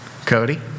Cody